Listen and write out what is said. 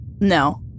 No